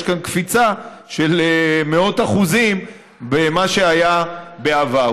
כאן קפיצה במאות אחוזים ממה שהיה בעבר.